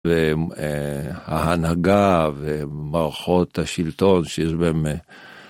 וההנהגה ומערכות השלטון שיש בהם.